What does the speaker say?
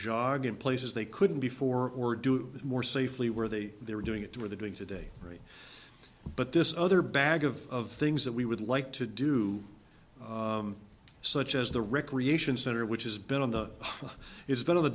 jogging places they couldn't before or do more safely where they they were doing it to where the doing today but this other bag of things that we would like to do such as the recreation center which has been on the it's been on the